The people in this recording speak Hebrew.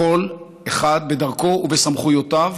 כל אחד בדרכו ובסמכויותיו